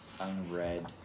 unread